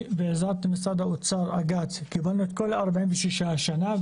בעזרת אגף התקציבים של האוצר קיבלנו את כל ה-46 השנה,